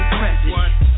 present